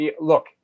look